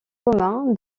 commun